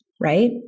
right